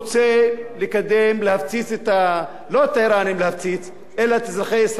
לא את האירנים להפציץ אלא את אזרחי ישראל בגזירות כלכליות.